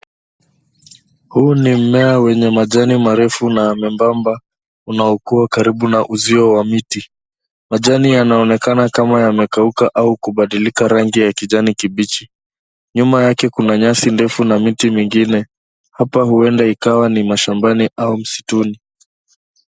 Huu ni mmea wenye majani marefu na myembamba unaokua karibu na uzio wa miti. Majani yanaonekana kama yamekauka au kubadilika rangi ya kijani kibichi. Nyuma yake kuna nyasi ndefu na miti mingine. Hapa huenda ni mashambani au msituni.